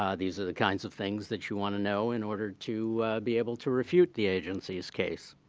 um these are the kinds of things that you want to know in order to be able to refute the agency's case.